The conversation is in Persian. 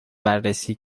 بررسی